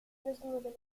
resolutely